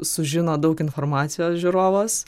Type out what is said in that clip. sužino daug informacijos žiūrovas